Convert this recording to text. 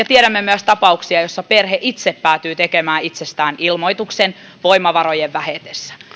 tiedämme myös tapauksia joissa perhe itse päätyi tekemään itsestään ilmoituksen voimavarojen vähetessä